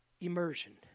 Immersion